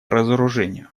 разоружению